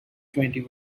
twenty